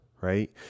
Right